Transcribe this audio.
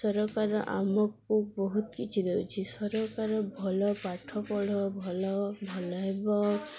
ସରକାର ଆମକୁ ବହୁତ କିଛି ଦେଉଛିି ସରକାର ଭଲ ପାଠ ପଢ଼ ଭଲ ଭଲ ହେବ